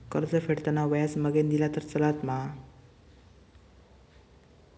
कर्ज फेडताना व्याज मगेन दिला तरी चलात मा?